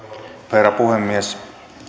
herra puhemies